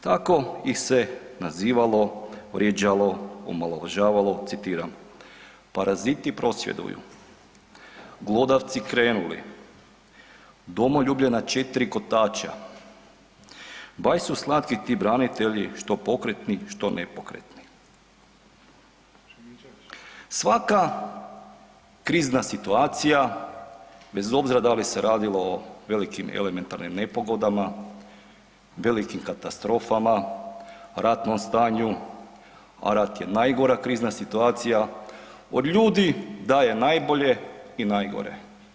Tako ih se nazivalo, vrijeđalo, omalovažavalo citiram „Paraziti prosvjeduju glodavci krenuli, domoljublje na 4 kotača, baš su slatki ti branitelji što pokretni, što nepokretni.“ Svaka krizna situacija bez obzira da li se radilo o velikim elementarnim nepogodama, velikim katastrofama, ratnom stanju, a rat je najgora krizna situacija, od ljudi daje najbolje i najgore.